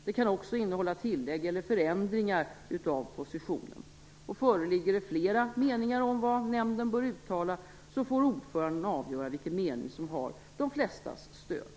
Det kan också innehålla tillägg eller förändringar av positionen. Föreligger det flera meningar om vad nämnden bör uttala får ordföranden avgöra vilken mening som har de flestas stöd.